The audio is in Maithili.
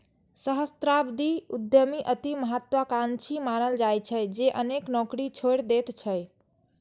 सहस्राब्दी उद्यमी अति महात्वाकांक्षी मानल जाइ छै, जे अनेक नौकरी छोड़ि दैत छै